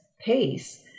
pace